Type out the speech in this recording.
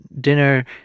dinner